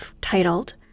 titled